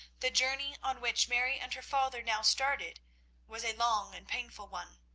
the journey on which mary and her father now started was a long and painful one.